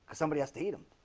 somebody has to eat them